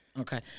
okay